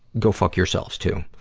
go fuck yourselves, too.